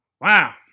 Wow